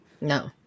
No